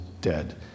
dead